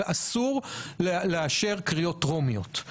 ואסור לאשר קריאות טרומיות.